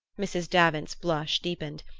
mrs. davant's blush deepened.